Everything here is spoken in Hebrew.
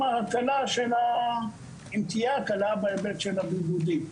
עם ההקלה של אם תהיה הקלה בהיבט של הבידודים.